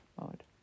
mode